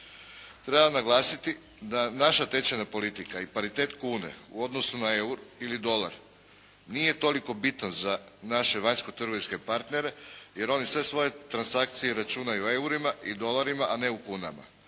Treba naglasiti da naša tečajna politika i paritet kune, u odnosu na euro ili dolar, nije toliko bitno za naše vanjskotrgovinske partnere jer oni sve svoje transakcije računaju u eurima i dolarima a ne u kunama.